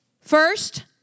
first